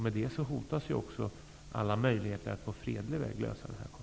Med det hotas alla möjligheter att på fredlig väg lösa denna konflikt.